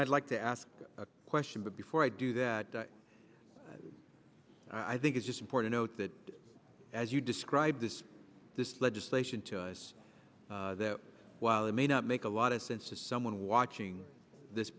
i'd like to ask a question but before i do that i think it's just important note that as you describe this this legislation to us while it may not make a lot of sense to someone watching this